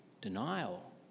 Denial